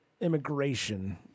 immigration